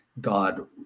god